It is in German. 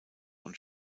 und